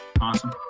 awesome